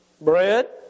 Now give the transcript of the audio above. bread